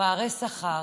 פערי שכר